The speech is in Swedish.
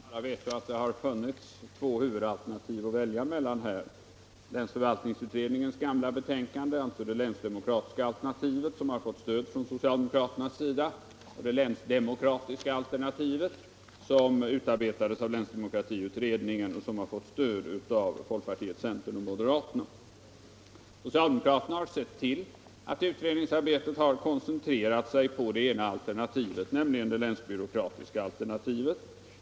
Herr talman! Alla vet ju att det har funnits två huvudalternativ att välja mellan: länsförvaltningsutredningens gamla betänkande, alltså det länsbyråkratiska alternativet, som har fått stöd av socialdemokraterna, och det länsdemokratiska alternativet som = utarbetades av länsdemokratiutredningen och som har fått stöd av folkpartiet, centern och moderaterna. Socialdemokraterna har sett till att utredningsarbetet koncentrerat sig på det ena alternativet, nämligen det länsbyråkratiska.